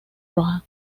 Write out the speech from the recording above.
roja